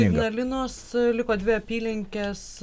ignalinos liko dvi apylinkės